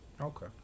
Okay